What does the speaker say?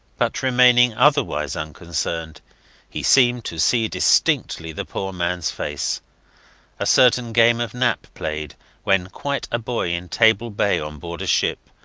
but remaining otherwise unconcerned he seemed to see distinctly the poor mans face a certain game of nap played when quite a boy in table bay on board a ship,